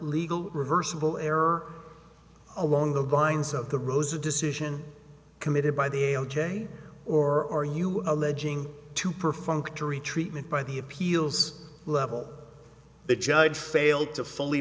legal reversible error along the lines of the rose a decision committed by the ok or are you alleging to perfunctory treatment by the appeals level the judge failed to fully